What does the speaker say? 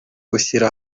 gushyira